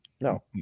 No